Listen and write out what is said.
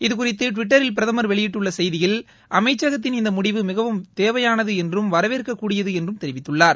இதுகுறித்து டுவிட்டரில் பிரதமர் வெளியிட்டுள்ள செய்தியில் அமைச்சகத்தின் இந்த முடிவு மிகவும் தேவையானது என்றும் வரவேற்ககூடியது என்றும் தெரிவித்துள்ளார்